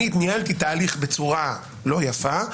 ניהלתי תהליך בצורה לא יפה,